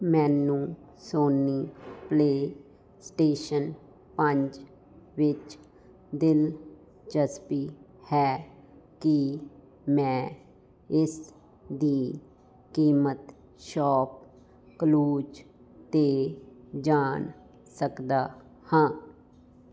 ਮੈਨੂੰ Sony PlayStation ਪੰਜ ਵਿੱਚ ਦਿਲਚਸਪੀ ਹੈ ਕੀ ਮੈਂ ਇਸ ਦੀ ਕੀਮਤ ਸ਼ਾਪ ਕਲੂਜ਼ 'ਤੇ ਜਾਣ ਸਕਦਾ ਹਾਂ